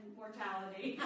mortality